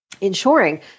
ensuring